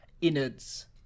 innards